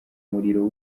umuriro